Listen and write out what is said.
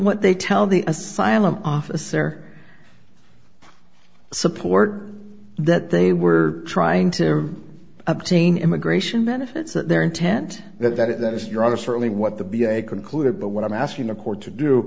what they tell the asylum officer support that they were trying to obtain immigration benefits their intent that that is your other certainly what the v a concluded but what i'm asking the court to do